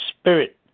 spirit